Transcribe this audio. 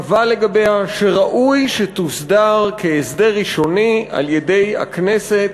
קבע לגביה שראוי שתוסדר כהסדר ראשוני על-ידי הכנסת